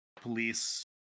police